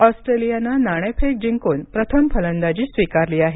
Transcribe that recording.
ऑस्ट्रेलियानं नाणेफेक जिंकून प्रथम फलंदाजी स्वीकारली आहे